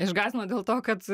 išgąsdino dėl to kad